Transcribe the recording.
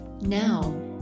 Now